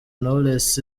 knowless